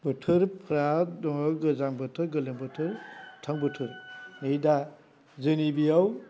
बोथोरफोरा दङ गोजां बोथोर गोलोम बोथोर दुफां बोथोर नै दा जोंनि बेयाव